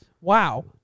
Wow